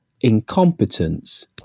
incompetence